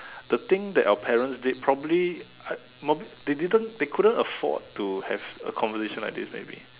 the thing that our parents did probably I m~ they didn't they couldn't afford to have a conversation like this maybe